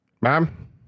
Ma'am